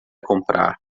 comprar